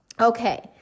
Okay